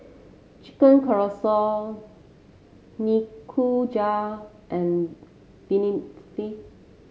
Chicken Casserole Nikujaga and Vermicelli